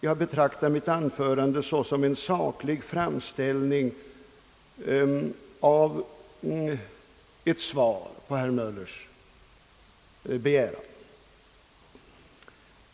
Jag betraktar mitt anförande såsom en saklig framställning och ett svar på herr Möllers begäran.